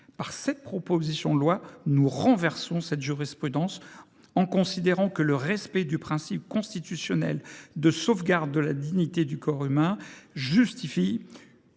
Par ce texte, nous renversons cette jurisprudence, en considérant que le respect du principe constitutionnel de sauvegarde de la dignité du corps humain justifie